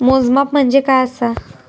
मोजमाप म्हणजे काय असा?